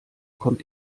kommt